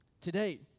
Today